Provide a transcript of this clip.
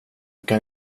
kan